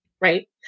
right